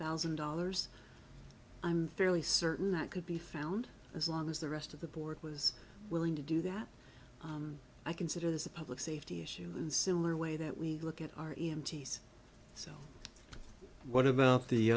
thousand dollars i'm fairly certain that could be found as long as the rest of the board was willing to do that i consider this a public safety issue and similar way that we look at our even so what about the